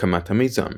הקמת המיזם